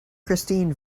christine